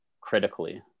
critically